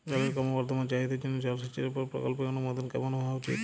জলের ক্রমবর্ধমান চাহিদার জন্য জলসেচের উপর প্রকল্পের অনুমোদন কেমন হওয়া উচিৎ?